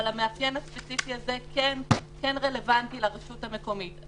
אבל המאפיין הספציפי הזה כן רלוונטי לרשות המקומית.